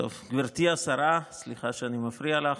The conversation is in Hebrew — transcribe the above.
גברתי השרה, סליחה שאני מפריע לך.